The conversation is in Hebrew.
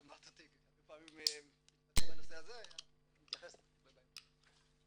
את שמעת אותי הרבה פעמים מתייחס בנושא הזה,